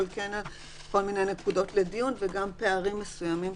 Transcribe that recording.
אבל יש כל מיני נקודות לדיון וגם פערים מסוימים